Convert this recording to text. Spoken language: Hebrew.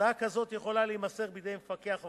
הודעה כזאת יכולה להימסר בידי מפקח עבודה,